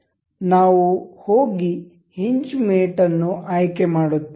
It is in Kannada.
ನಾವು ಹೋಗಿ ಹಿಂಜ್ ಮೇಟ್ ಅನ್ನು ಆಯ್ಕೆ ಮಾಡುತ್ತೇವೆ